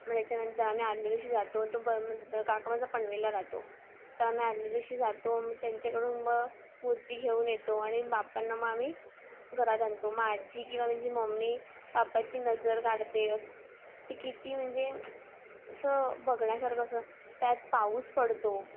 मं त्याच्यानंतर आम्ही आदल्या दिवशी जातो तो ब काकामाचा पणवेला राहतो तर आम्ही आदल्या दिवशी जातो त्यांच्याकडून मूर्ती घेऊन येतो आणि बापांना म आम्ही घरात आणतो माझी किंवा म्हंजी मम्मी बापाची नजर काढते असी म्हणजे असं बघण्यासारखं असं त्यात पाऊस पडतो